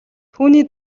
түүний